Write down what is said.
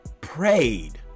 prayed